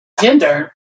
gender